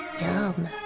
Yum